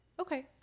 Okay